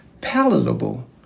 palatable